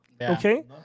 Okay